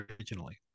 originally